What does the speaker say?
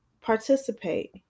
participate